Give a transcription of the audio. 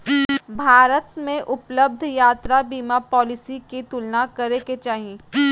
भारत में उपलब्ध यात्रा बीमा पॉलिसी के तुलना करे के चाही